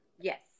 Yes